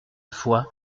fois